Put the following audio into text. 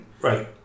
Right